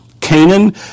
Canaan